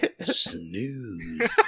Snooze